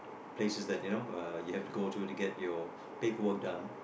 places that you know uh you have to go to to get your paperwork done